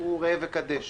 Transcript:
כך אני רואה את הדברים.